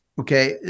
okay